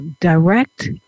direct